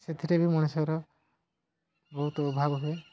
ସେଥିରେ ବି ମଣିଷର ବହୁତ ଅଭାବ ହୁଏ